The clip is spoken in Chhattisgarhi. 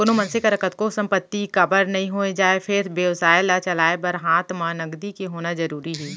कोनो मनसे करा कतको संपत्ति काबर नइ हो जाय फेर बेवसाय ल चलाय बर हात म नगदी के होना जरुरी हे